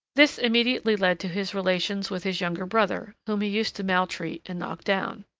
this immediately led to his relations with his younger brother, whom he used to maltreat and knock down.